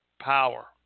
power